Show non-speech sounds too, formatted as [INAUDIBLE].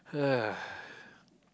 [NOISE]